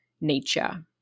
nature